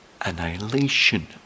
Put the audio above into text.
annihilation